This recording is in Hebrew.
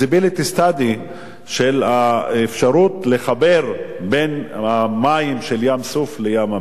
study של האפשרות לחבר בין ים-סוף לים-המלח,